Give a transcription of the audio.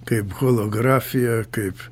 kaip holografija kaip